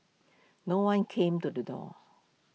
no one came to the door